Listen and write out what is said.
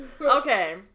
Okay